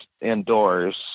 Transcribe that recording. indoors